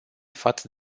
față